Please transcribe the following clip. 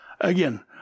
Again